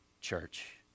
church